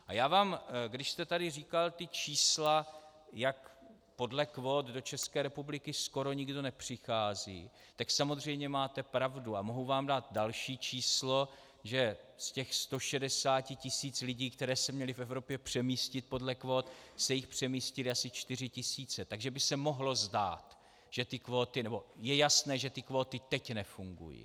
A já vám, když jste tady říkal ta čísla, jak podle kvót do České republiky skoro nikdo nepřichází, tak samozřejmě máte pravdu a mohu vám dát další číslo, že z těch 160 tisíc lidí, které se měli v Evropě přemístit podle kvót, se jich přemístily asi čtyři tisíce, takže je jasné, že ty kvóty teď nefungují.